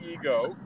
ego